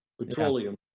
petroleum